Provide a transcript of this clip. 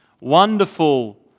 wonderful